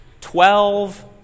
Twelve